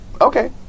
Okay